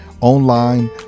online